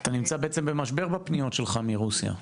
אתה נמצא בעצם במשבר בפניות שלך מרוסיה.